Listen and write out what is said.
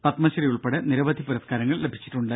പത്മശ്രീ ഉൾപ്പെടെ നിരവധി പുരസ്കാരങ്ങൾ ലഭിച്ചിട്ടുണ്ട്